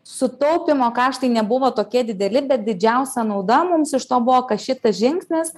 sutaupymo kaštai nebuvo tokie dideli bet didžiausia nauda mums iš to buvo kad šitas žingsnis